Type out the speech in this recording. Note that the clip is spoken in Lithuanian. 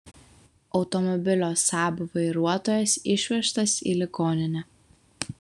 automobilio saab vairuotojas išvežtas į ligoninę